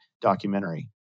documentary